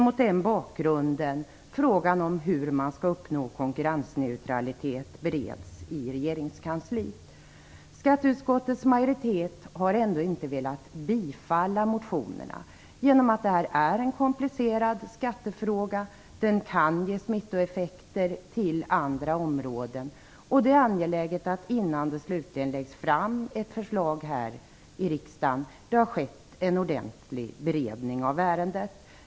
Mot den bakgrunden är frågan hur man skall uppnå att konkurrensneutralitet bereds i regeringskansliet. Skatteutskottets majoritet har ändå inte velat tillstyrka motionerna, eftersom detta är en komplicerad skattefråga som kan ge smittoeffekter på andra områden. Det är angeläget att det sker en ordentlig beredning av ärendet innan ett slutligt förslag läggs fram här i riksdagen.